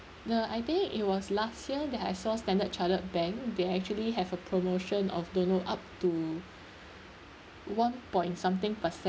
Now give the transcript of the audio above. the I think it was last year that I saw Standard Charter bank they actually have a promotion of don't know up to one point something percent